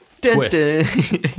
Twist